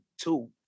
two